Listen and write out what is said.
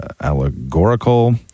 allegorical